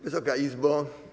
Wysoka Izbo!